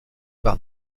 par